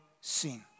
sin